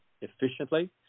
efficiently